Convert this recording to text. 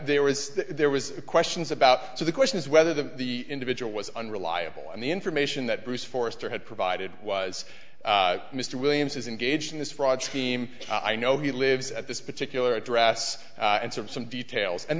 there was there was the questions about so the question is whether the the individual was unreliable and the information that bruce forrester had provided was mr williams is engaged in this fraud scheme i know he lives at this particular address and serves some details and